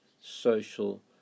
social